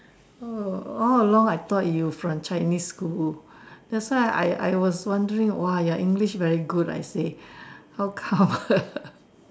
oh all along I thought you from Chinese school that's why I I was wondering !wah! your English very good I say how come